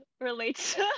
relates